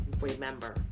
Remember